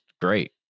great